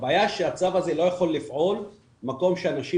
הבעיה היא שהצו הזה לא יכול לפעול במקום שאנשים